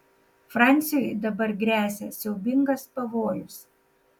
fransiui dabar gresia siaubingas pavojus